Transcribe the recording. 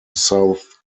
south